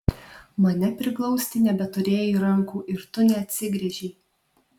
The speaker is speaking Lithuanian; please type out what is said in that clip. mane priglausti nebeturėjai rankų ir tu neatsigręžei